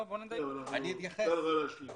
בוא נדייק את הדברים.